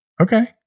okay